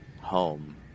home